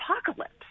apocalypse